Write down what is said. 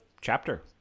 chapter